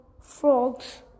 frogs